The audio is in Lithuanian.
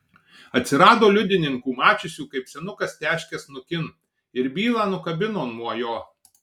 atsirado liudininkų mačiusių kaip senukas teškia snukin ir bylą nukabino nuo jo